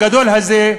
הגדול הזה,